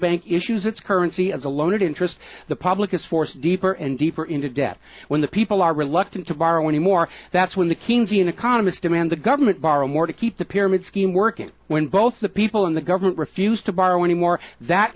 bank issues its currency as a loan it interest the public is forced deeper and deeper into debt when the people are reluctant to borrow anymore that's when the kings and economists demand the government borrow more to keep the pyramid scheme working when both the people in the government refused to borrow anymore that